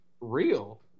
real